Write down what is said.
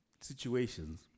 situations